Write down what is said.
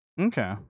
Okay